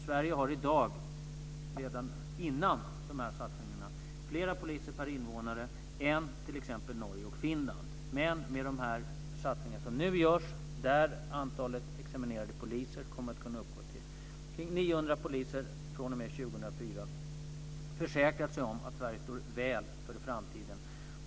Sverige har i dag, redan före de här satsningarna, fler poliser per invånare än t.ex. Norge och Finland. Med de satsningar som nu görs, där antalet examinerade poliser kommer att kunna uppgå till omkring 900 fr.o.m. 2004, försäkras vi om att Sverige står väl rustat för framtiden.